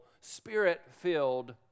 spirit-filled